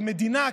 כמדינה,